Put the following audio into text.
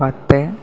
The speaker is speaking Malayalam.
പത്ത്